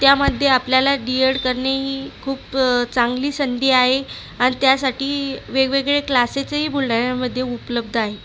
त्यामध्ये आपल्याला D Ed करणे ही खूप चांगली संधी आहे आणि त्यासाठी वेगवेगळे क्लासेसही बुलढाण्यामध्ये उपलब्ध आहे